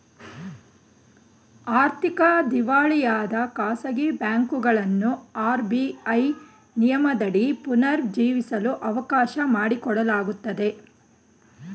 ಆರ್ಥಿಕ ದಿವಾಳಿಯಾದ ಖಾಸಗಿ ಬ್ಯಾಂಕುಗಳನ್ನು ಆರ್.ಬಿ.ಐ ನಿಯಮದಡಿ ಪುನರ್ ಜೀವಿಸಲು ಅವಕಾಶ ಮಾಡಿಕೊಡಲಾಗುತ್ತದೆ